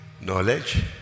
Knowledge